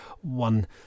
one